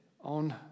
on